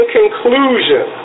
conclusion